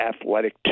athletic